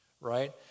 right